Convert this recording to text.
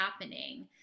happening